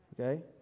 Okay